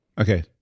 Okay